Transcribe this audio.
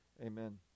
Amen